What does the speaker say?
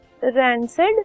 rancid